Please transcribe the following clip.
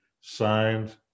signed